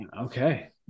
okay